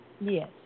Yes